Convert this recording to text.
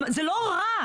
זה לא רע.